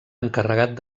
encarregat